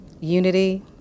unity